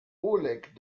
oleg